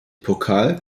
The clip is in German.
pokal